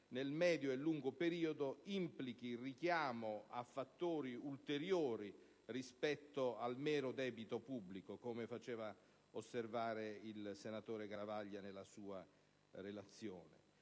nel medio e lungo periodo implica un richiamo a fattori ulteriori rispetto al mero debito pubblico, come faceva osservare il senatore Garavaglia nella sua relazione: